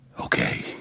Okay